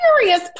serious